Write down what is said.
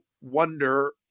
wonder